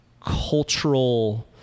cultural